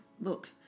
Look